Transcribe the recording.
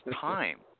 time